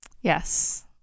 Yes